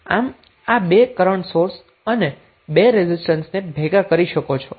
આમ આ બે કરન્ટ સોર્સ અને 2 રેઝિસ્ટન્સને ભેગા કરી શકો છો